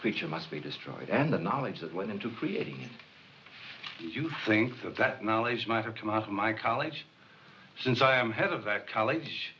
creature must be destroyed and the knowledge that went into creating you think that that knowledge might have come out of my college since i am head of a college